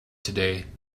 today